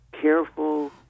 careful